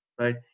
right